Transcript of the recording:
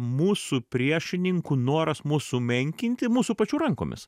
mūsų priešininkų noras mus sumenkinti mūsų pačių rankomis